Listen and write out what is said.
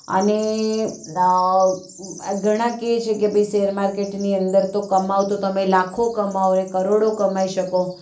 અને ઘણા કહે છે કે ભાઈ શેરમાર્કેટની અંદર તો કમાઓ તમે લાખો કમાવ અને કરોડો કમાઈ શકો